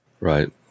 Right